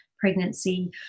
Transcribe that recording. pregnancy